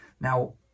Now